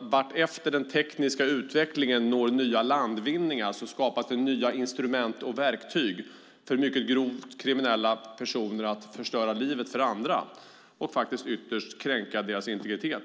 Vartefter den tekniska utvecklingen når nya landvinningar är det klart att det skapas nya instrument och verktyg för mycket grovt kriminella personer att förstöra livet för andra och faktiskt ytterst kränka deras integritet.